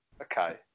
okay